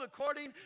according